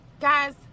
guys